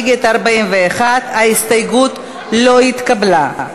נגד 41. ההסתייגות לא התקבלה.